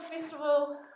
Festival